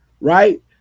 Right